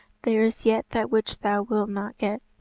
there is yet that which thou wilt not get.